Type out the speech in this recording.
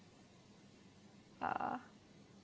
uh